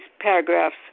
paragraphs